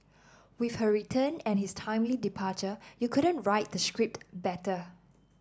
with her return and his timely departure you couldn't write the script better